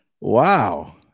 wow